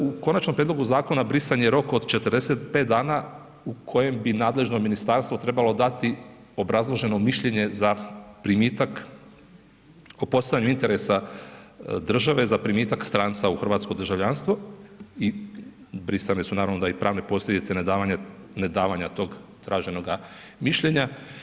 U konačnom prijedlogu zakona brisan je rok od 45 dana u kojem bi nadležno ministarstvo trebalo dati obrazloženo mišljenje za primitak o postojanju interesa države za primitak stranca u hrvatsko državljanstvo i brisane su naravno onda i pravne posljedice nedavanja tog traženoga mišljenja.